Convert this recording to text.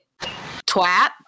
twat